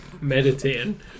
meditating